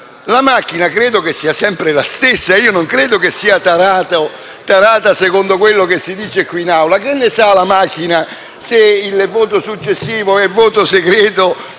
La macchina credo che sia sempre la stessa; non penso che sia tarata secondo quello che si dice in Aula: che ne sa la macchina se il voto successivo è segreto